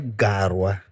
garwa